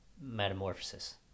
metamorphosis